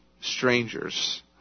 strangers